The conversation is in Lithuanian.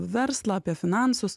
verslą apie finansus